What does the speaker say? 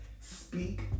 Speak